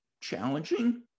challenging